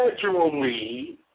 gradually